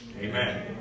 Amen